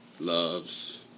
Loves